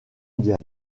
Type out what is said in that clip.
mondiale